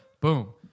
Boom